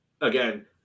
again